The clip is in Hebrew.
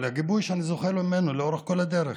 על הגיבוי שאני זוכה ממנו לאורך כל הדרך,